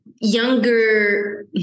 younger